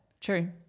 True